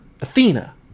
Athena